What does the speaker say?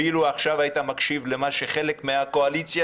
אילו עכשיו היית מקשיב למה שחלק מחברי הקואליציה